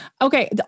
okay